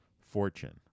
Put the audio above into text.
fortune